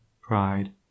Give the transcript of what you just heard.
pride